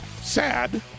Sad